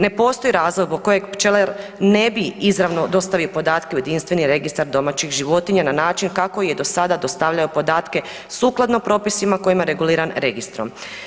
Ne postoji razlog zbog kojeg pčelar ne bi izravno dostavio podatke u jedinstveni registar domaćih životinja na način kako ih je dosada dostavljao podatke sukladno propisima kojima je reguliran registrom.